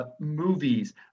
movies